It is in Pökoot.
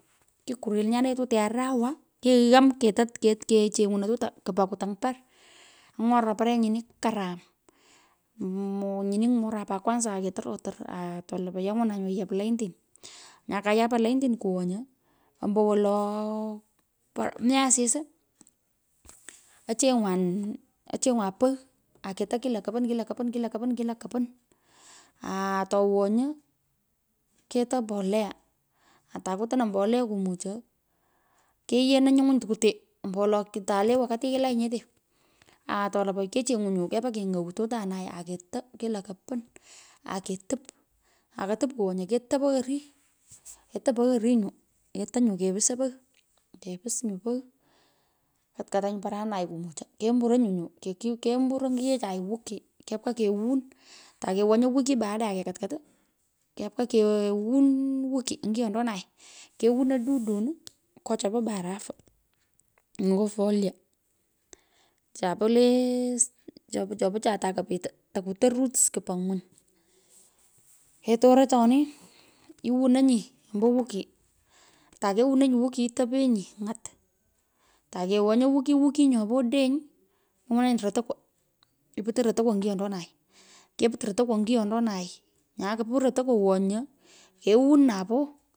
Kikurel nyu le tute anawa kigham keto ke kecheny’uno tuta kupaa kutony par. Any'oran paree nyini karam, mut, nyini, ny'oran pat kwanza aketorotor ato lapai nyo anywunun yu nyu baintini nyu kayapan nyu laintin kuwonyu, ombowolo, po. Mi asis, ochengwan, ochengwan pogh, aketo kila kupon, kila kopon, kila kopon, kila kopon, kila kopon aa towonyi keto mboleya, cita kutonon mbolea kumucho. Keyono nyungwiny tukwutee ombo wolo tate wakati kilasi nyete ato lapai nyu kechengwu kepaa keny’ou tutanui aketoo kila kopon, aketup, aketoo orii nyu ketoo nyu kepuso pogh, kepus nyu pogh ikatkatanyi, parunai, kumucho, kemburonyinyu, ke, kembur onginechai wiki, kepka kewon. Ta kewonyi wiki baada ya he katkat kepka kewon wiki, ongiyontonai. Krewuno dodun nyo chopo barafu, ngo folia chapo lee. chopo chapochai takopitu, tokutoo roots kupaa ngwiny ketoro atoni, iwonunyi ombo wiki, takewonyo wiki topenyi ny’ur, takewonyo wiki wiki nyopo odeny, ingwunanyi rotokwo onyiyondonai nyue koput rotokwo wonyi kewon rapoo.